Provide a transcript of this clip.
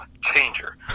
changer